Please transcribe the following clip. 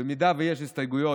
אם יש הסתייגויות,